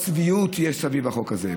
כמה צביעות יש סביב החוק הזה.